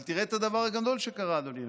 אבל תראה את הדבר הגדול שקרה, אדוני היושב-ראש: